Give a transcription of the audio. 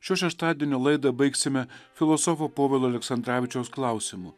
šio šeštadienio laidą baigsime filosofo povilo aleksandravičiaus klausimu